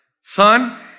son